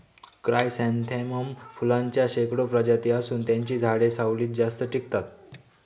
chrysanthemum फुलांच्या शेकडो प्रजाती असून त्यांची झाडे सावलीत जास्त टिकतात